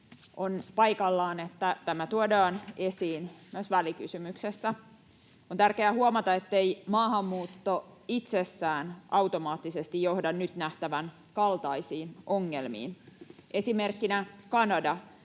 On paikallaan, että tämä tuodaan esiin myös välikysymyksessä. On tärkeää huomata, ettei maahanmuutto itsessään automaattisesti johda nyt nähtävän kaltaisiin ongelmiin. Esimerkkinä Kanada